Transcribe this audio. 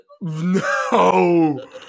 No